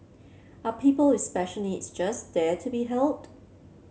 are people with special needs just there to be helped